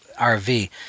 RV